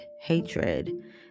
hatred